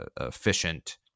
efficient